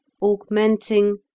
Augmenting